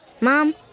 Mom